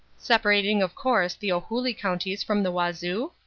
separating, of course, the ohuli counties from the wazoo?